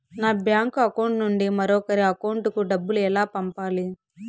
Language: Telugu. నా బ్యాంకు అకౌంట్ నుండి మరొకరి అకౌంట్ కు డబ్బులు ఎలా పంపాలి